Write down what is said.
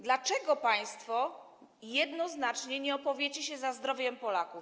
Dlaczego państwo jednoznacznie nie opowiecie się za zdrowiem Polaków?